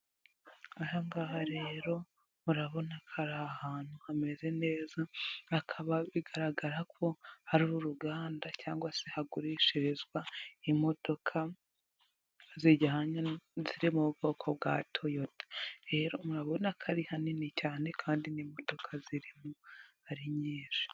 Aha ngaha rero murabona ko ari ahantu hameze neza hakaba bigaragara ko hari uruganda cyangwa se hagurishirizwa imodoka zijyanye n'iziri mu bwoko bwa Toyota. Rero murabona ko ari hanini cyane kandi n'imodoka ziririmo ari nyinshi.